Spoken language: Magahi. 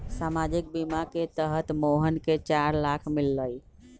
सामाजिक बीमा के तहत मोहन के चार लाख मिललई